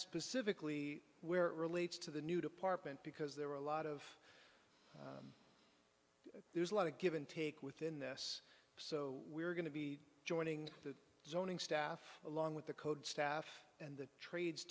specifically where it relates to the new department because there are a lot of there's a lot of give and take within this so we're going to be joining the zoning staff along with the code staff and the trades